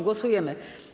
Głosujemy.